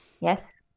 Yes